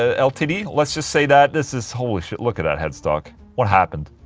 ah ltd, let's just say that this is. holy shit, look at that headstock what happened?